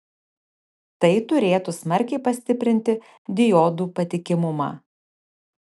tai turėtų smarkiai pastiprinti diodų patikimumą